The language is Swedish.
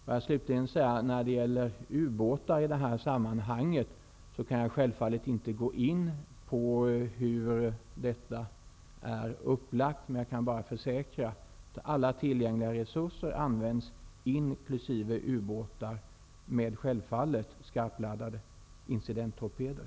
När det gäller användning av ubåtar i det här sammanhanget kan jag självfallet inte gå in på hur det är upplagt, men jag kan försäkra att alla tillgängliga resurser används, inkl. ubåtar, som självfallet har skarpladdade incidenttorpeder.